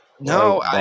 no